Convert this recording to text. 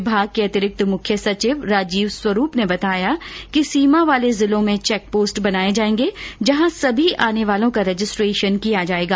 विभाग के अतिरिक्त मुख्य सचिव राजीव स्वरूप ने बताया कि सीमा वाले जिलों में चैकपोस्ट बनाए जाएंगे जहां सभी आने वालों का रजिस्ट्रेशन किया जाएगा